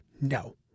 no